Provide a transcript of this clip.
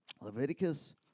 Leviticus